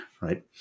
right